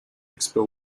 expel